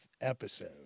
episode